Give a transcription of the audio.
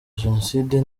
genocide